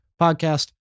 podcast